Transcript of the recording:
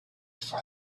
for